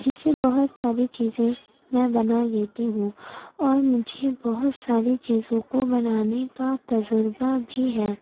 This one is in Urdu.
جس سے بہت ساری چیزیں میں بنا لیتی ہوں اور مجھے بہت ساری چیزوں کو بنانے کا تجربہ بھی ہے